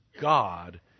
God